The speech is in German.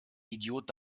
idiot